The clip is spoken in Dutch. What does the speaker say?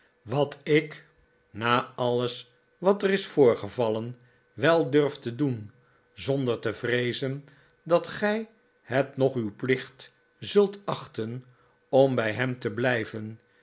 wat ik na alles wat er is voorgevallen wel durf te doen zonder te vreezen dat gij het nog uw plicht zult achten om bij hem te blijven